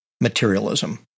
materialism